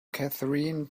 catherine